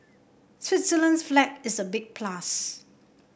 Switzerland's flag is a big plus